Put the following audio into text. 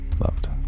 Loved